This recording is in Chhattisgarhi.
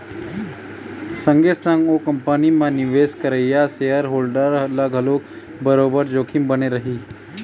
संगे संग ओ कंपनी म निवेश करइया सेयर होल्डर ल घलोक बरोबर जोखिम बने रही